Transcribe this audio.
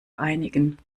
einigen